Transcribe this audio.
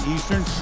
Eastern